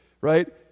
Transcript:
right